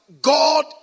god